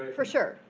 for sure,